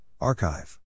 Archive